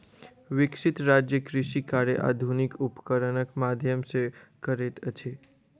विकसित राज्य कृषि कार्य आधुनिक उपकरणक माध्यम सॅ करैत अछि